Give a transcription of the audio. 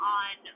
on